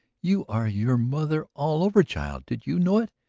you are your mother all over, child did you know it?